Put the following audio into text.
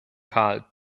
karl